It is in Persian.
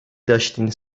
داشتین